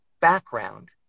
background